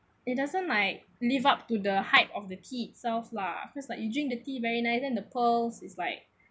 it doesn't like live up to the height of the tea itself lah cause like you drink the tea very nice then the pearls is like